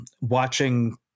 watching